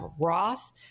Roth